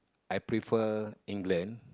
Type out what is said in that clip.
I prefer England